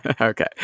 okay